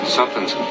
Something's